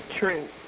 true